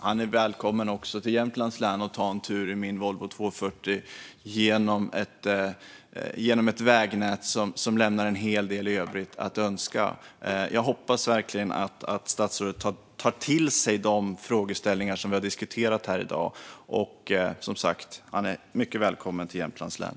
Han är välkommen också till Jämtlands län och att ta en tur i min Volvo 240 på ett vägnät som lämnar en hel del övrigt att önska. Jag hoppas att statsrådet tar till sig de frågeställningar vi har diskuterat här i dag. Och han är som sagt mycket välkommen till Jämtlands län!